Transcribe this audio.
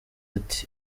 ati